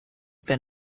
been